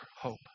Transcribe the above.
hope